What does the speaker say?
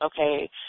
okay